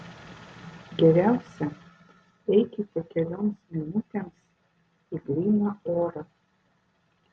geriausia eikite kelioms minutėms į gryną orą